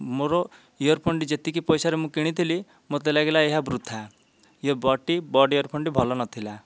ମୋର earphone ଟି ଯେତିକି ପଇସା ରେ ମୁଁ କିଣିଥିଲି ମୋତେ ଲାଗିଲା ଏହା ବୃଥା ଇଏ ବଟ ଟି ବଟ ଇୟର ଫୋନ୍ ଟି ଭଲ ନଥିଲା